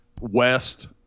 west